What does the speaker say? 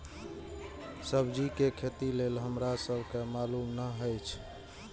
सब्जी के खेती लेल हमरा सब के मालुम न एछ?